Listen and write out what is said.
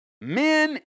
men